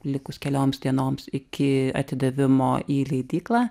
likus kelioms dienoms iki atidavimo į leidyklą